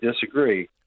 disagree